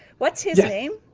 what's his name?